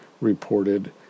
reported